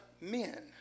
men